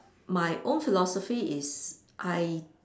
my old philosophy is I